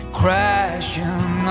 crashing